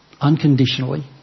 Unconditionally